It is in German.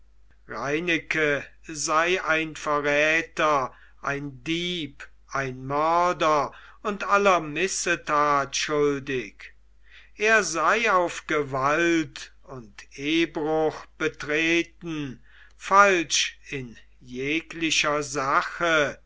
reineke sei ein verräter ein dieb ein mörder und aller missetat schuldig er sei auf gewalt und ehbruch betreten falsch in jeglicher sache